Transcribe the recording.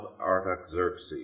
Artaxerxes